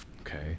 Okay